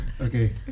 Okay